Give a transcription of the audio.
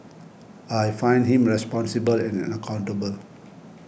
I find him responsible and an accountable